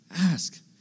ask